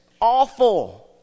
awful